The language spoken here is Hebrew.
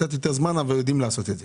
קצת יותר זמן אבל יודעים לעשות את זה.